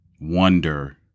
wonder